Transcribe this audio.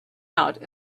out